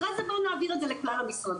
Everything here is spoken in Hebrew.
אחרי זה בואו נעביר את זה לכלל המשרדים,